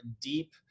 deep